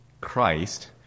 Christ